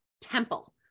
temple